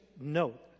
note